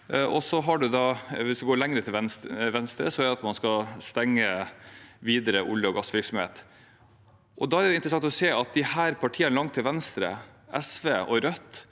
hvis man går lenger til venstre, er det det at man skal stenge videre olje- og gassvirksomhet. Det er interessant å se at partiene langt til venstre, SV og Rødt,